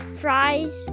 fries